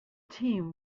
team